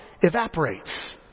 evaporates